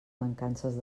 mancances